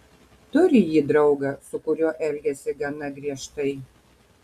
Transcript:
turi ji draugą su kuriuo elgiasi gana griežtai